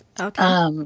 Okay